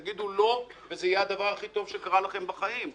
תגידו "לא" וזה יהיה הדבר הכי טוב שקרה לכם בחיים.